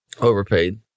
Overpaid